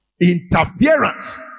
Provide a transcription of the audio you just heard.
interference